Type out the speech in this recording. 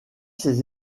ses